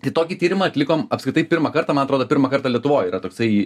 tai tokį tyrimą atlikom apskritai pirmą kartą man atrodo pirmą kartą lietuvoj yra toksai